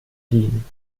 dienen